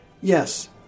Yes